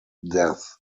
death